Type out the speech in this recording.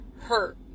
hurt